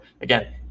again